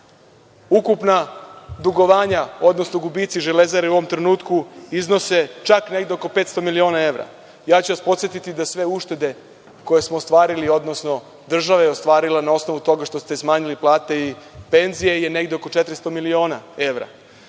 RS?Ukupna dugovanja, odnosno gubici „Železare“ u ovom trenutku iznose čak negde oko 500 miliona evra. Ja ću vas podsetiti da sve uštede koje smo ostvarili, odnosno država je ostvarila na osnovu toga što ste smanjili plate i penzije je sad negde oko 400 miliona evra. Da